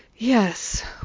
Yes